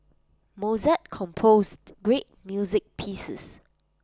Mozart composed great music pieces